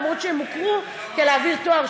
למרות שהן הוכרו כדי להעביר תואר,